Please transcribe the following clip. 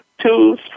two